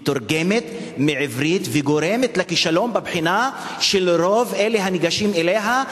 מתורגמת מעברית וגורמת לכישלון בבחינה של רוב אלה הניגשים אליה,